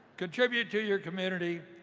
contribute to your community,